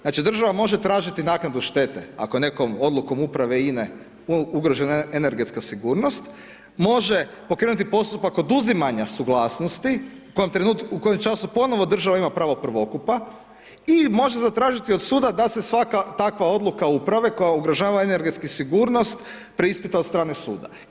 Znači država može tražiti naknadu štete ako je nekom odlukom Uprave INA-e ugrožena energetska sigurnost, može pokrenuti postupak oduzimanja suglasnosti u kojem trenutku, u kojem časom ponovo država pravo prvokupa i može zatražiti od suda da se svaka takva odluka Uprave koja ugrožava energetsku sigurnost preispita od strane suda.